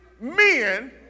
Men